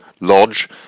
Lodge